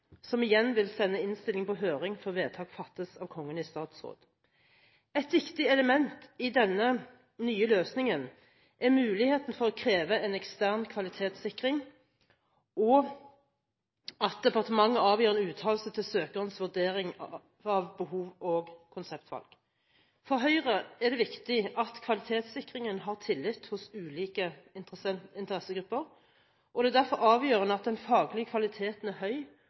som igjen vil sende innstillingen på høring før vedtak fattes av Kongen i statsråd. Et viktig element i denne nye løsningen er muligheten for å kreve en ekstern kvalitetssikring og at departementet avgir en uttalelse til søkerens vurdering av behov og konseptvalg. For Høyre er det viktig at kvalitetssikringen har tillit hos ulike interessegrupper, og det er derfor avgjørende at den faglige kvaliteten er høy